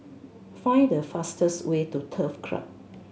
find the fastest way to Turf Club